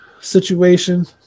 situation